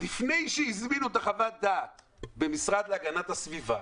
לפני שהזמינו את חוות הדעת במשרד להגנת הסביבה